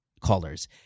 callers